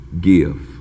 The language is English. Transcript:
give